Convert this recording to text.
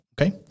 Okay